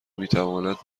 میتواند